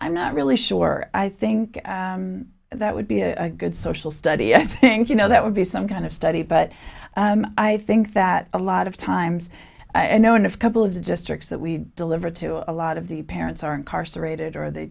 i'm not really sure i think that would be a good social study and i think you know that would be some kind of study but i think that a lot of times i know in of couple of the districts that we deliver to a lot of the parents are incarcerated or they